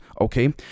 okay